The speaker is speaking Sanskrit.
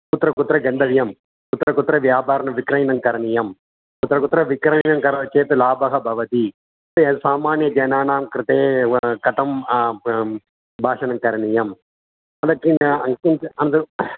कुत्र कुत्र गन्तव्यं कुत्र कुत्र व्यापारणं विक्रयणं करणीयं कुत्र कुत्र विक्रयणं करोति चेत् लाभः भवति ये सामान्यजनानां कृते व् कथं भाषणं करणीयं अनन्तरं